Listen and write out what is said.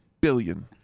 billion